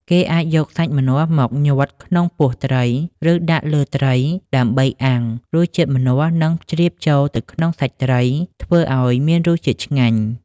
គេអាចយកសាច់ម្នាស់មកញាត់ក្នុងពោះត្រី ឬដាក់លើត្រីដើម្បីអាំង។ រសជាតិម្នាស់នឹងជ្រាបចូលទៅក្នុងសាច់ត្រីធ្វើឱ្យមានរសជាតិឆ្ងាញ់។